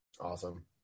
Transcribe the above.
Awesome